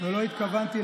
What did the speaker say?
לא התכוונת,